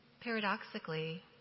Paradoxically